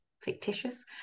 fictitious